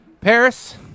Paris